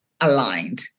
aligned